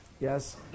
Yes